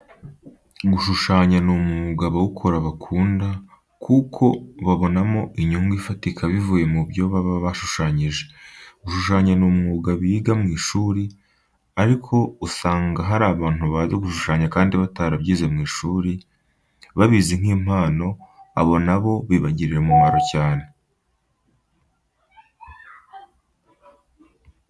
Gushushanya ni umwuga abawukora bakunda kuko babonamo inyungu ifatika bivuye mu byo baba bashushanyije. Gushushanya ni umwuga biga mu ishuri, ariko usanga hari abantu bazi gushushanya kandi batarabyize mu ishuri, babizi nk'impano, abo na bo bibagirira umumaro cyane.